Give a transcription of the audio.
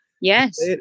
Yes